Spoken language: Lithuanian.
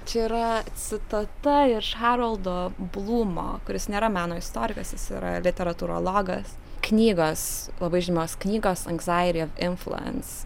čia yra citata iš haroldo blūmo kuris nėra meno istorikas jis yra literatūrologas knygos labai žymios knygos engzaiti of influens